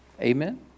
Amen